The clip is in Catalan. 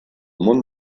món